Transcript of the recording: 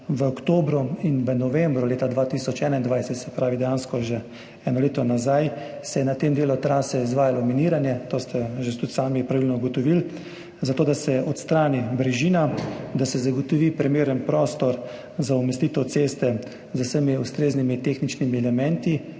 v oktobru in v novembru leta 2021, se pravi dejansko že eno leto nazaj, se je na tem delu trase izvajalo miniranje, to ste že tudi sami pravilno ugotovili, zato da se odstrani brežina, da se zagotovi primeren prostor za umestitev ceste z vsemi ustreznimi tehničnimi elementi,